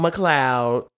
McLeod